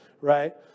right